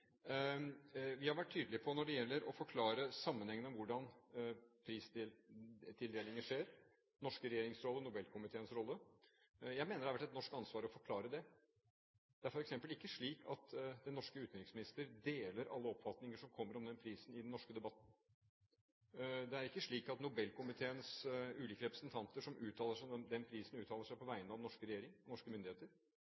Vi har vært tydelige på den norske regjerings rolle og Nobelkomiteens rolle når det gjelder å forklare sammenhengen med hvordan pristildelinger skjer. Jeg mener det har vært et norsk ansvar å forklare det. Det er f.eks. ikke slik at den norske utenriksminister deler alle oppfatninger som kommer om den prisen i den norske debatten. Det er ikke slik at Nobelkomiteens ulike representanter, som uttaler seg om prisen, uttaler seg